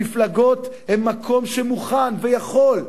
המפלגות הן מקום שמוכן ויכול,